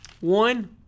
one